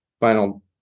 final